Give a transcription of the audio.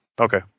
Okay